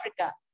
Africa